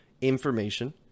information